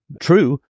true